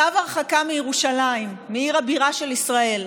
צו הרחקה מירושלים, מעיר הבירה של ישראל.